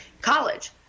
college